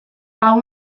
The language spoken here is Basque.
hau